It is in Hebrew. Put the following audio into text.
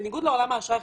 בניגוד לעולם האשראי,